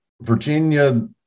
Virginia